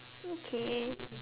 bouquet